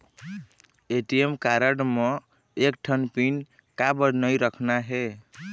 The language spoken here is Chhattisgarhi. ए.टी.एम कारड म एक ठन पिन काबर नई रखना हे?